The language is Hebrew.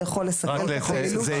זה יכול לסכל את פעילותה?